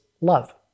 love